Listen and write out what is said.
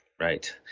right